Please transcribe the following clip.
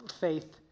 faith